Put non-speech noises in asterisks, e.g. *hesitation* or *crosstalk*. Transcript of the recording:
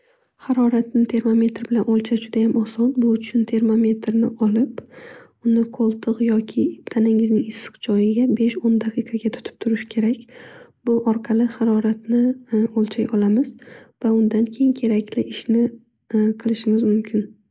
Haroratni termometr bilan o'lchash judayam oson. Bu uchun termometrni olib, uni qo'ltig' yoki tanangizni issiq joyiga besh o'n daqiqaga tutib turish kerak. Bu orqali haroratni *hesitation* o'lchay olamiz va undan keyin kearkli ishni *hesitation* qilishimiz mumkin.